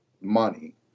money